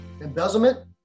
embezzlement